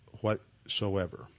whatsoever